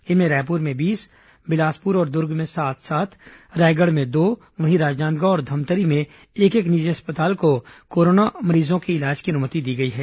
इसमें रायपुर में बीस बिलासपुर और दुर्ग में सात रायगढ़ में दो वहीं राजनांदगांव और धमतरी में एक एक निजी अस्पतालों को कोरोना संक्रमितों के इलाज की अनुमति दी गई है